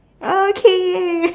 okay